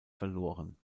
verloren